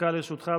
דקה לרשותך.